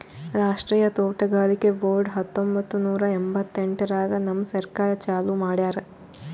ರಾಷ್ಟ್ರೀಯ ತೋಟಗಾರಿಕೆ ಬೋರ್ಡ್ ಹತ್ತೊಂಬತ್ತು ನೂರಾ ಎಂಭತ್ತೆಂಟರಾಗ್ ನಮ್ ಸರ್ಕಾರ ಚಾಲೂ ಮಾಡ್ಯಾರ್